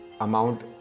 amount